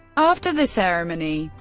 after the ceremony,